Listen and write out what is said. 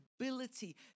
ability